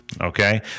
okay